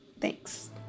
Thanks